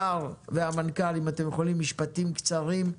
השר והמנכ"ל, משפטים קצרים,